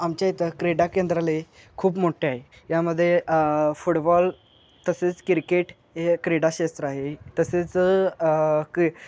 आमच्या इथं क्रीडा केंद्रालय हे खूप मोठे आहे यामध्ये फुटबॉल तसेच कि्रिकेट हे क्रीडाक्षेत्र आहे तसेच क्री